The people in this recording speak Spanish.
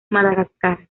madagascar